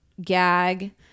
gag